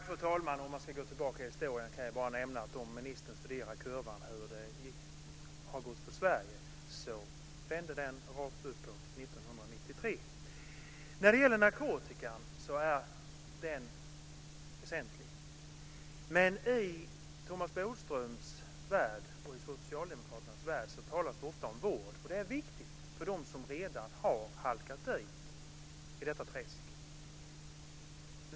Fru talman! Om man ska gå tillbaka i historien kan jag bara nämna att om ministern studerar kurvan över hur det har gått för Sverige kan han se att den vände rakt uppåt 1993. Narkotikan är förstås väsentlig. I Thomas Bodströms och Socialdemokraternas värld talas det ofta om vård, och det är viktigt för dem som redan har halkat ned i detta träsk.